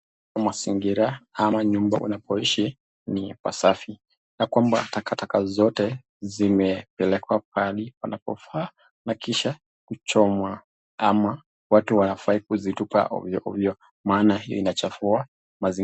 mazingira ama nyumba wanapoishi ni safi na kwamba takataka zote zimepelekwa pale panapofaa na kisha kuchomwa ama watu hawafai kuzitupa ovyo ovyo maana hiyo inachafua mazingira.